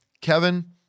Kevin